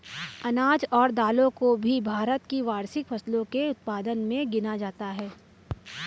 अनाज और दालों को भी भारत की वार्षिक फसलों के उत्पादन मे गिना जाता है